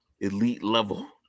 elite-level